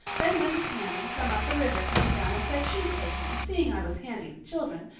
then mrs. hammond from up the river came down and said she'd take me, seeing i was handy with children,